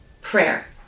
prayer